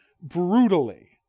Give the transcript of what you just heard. brutally